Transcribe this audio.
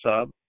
sub